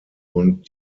und